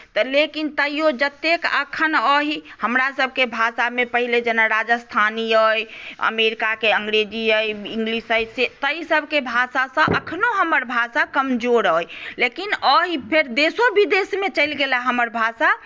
तऽ लेकिन तैयो जतेक एखन अइ हमरासभके भाषामे पहिने जेना राजस्थान अइ अमेरिकाके अंग्रेजी अइ इंगलिश अइ से ताहिसभके भाषासँ एखनहु हमर भाषा कमजोर अइ लेकिन अइ फेर देशो विदेशमे चलि गेलए हमर भाषा